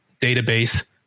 database